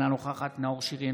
אינה נוכחת נאור שירי,